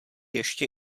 ještě